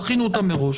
תכינו אותה מראש.